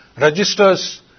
registers